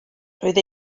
roedd